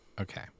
Okay